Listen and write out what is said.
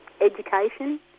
education